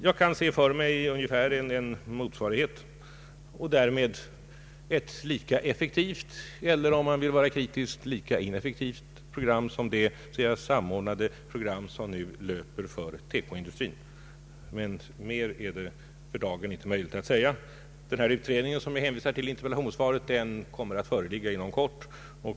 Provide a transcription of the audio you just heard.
Jag kan tänka mig en ungefärlig motsvarighet till det så att säga samordnade program som nu löper för TEKO-industrin; det skulle därmed också vara fråga om ett lika effektivt eller, om man vill vara kritisk, lika ineffektivt program som detta. Mer är det för dagen inte möjligt att säga. Den utredning jag hänvisar till i interpellationssvaret kommer att föreligga inom kort.